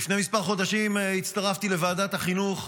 לפני כמה חודשים הצטרפתי לוועדת החינוך.